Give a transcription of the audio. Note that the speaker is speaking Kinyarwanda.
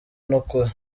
n’ukuri